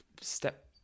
step